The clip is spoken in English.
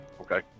Okay